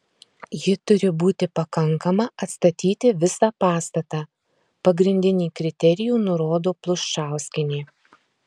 ji turi būti pakankama atstatyti visą pastatą pagrindinį kriterijų nurodo pluščauskienė